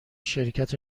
شرکت